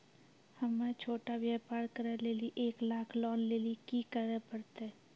हम्मय छोटा व्यापार करे लेली एक लाख लोन लेली की करे परतै?